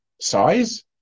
size